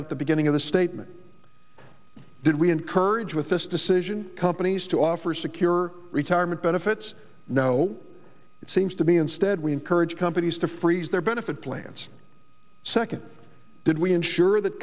out the beginning of the statement did we encourage with this decision companies to offer secure retirement benefits no it seems to be instead we encourage companies to freeze their benefit plans second did we ensure that